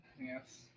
yes